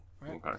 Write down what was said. Right